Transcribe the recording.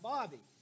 Bobby